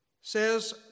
says